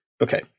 Okay